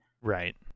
right